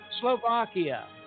Slovakia